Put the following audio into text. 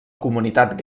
comunitat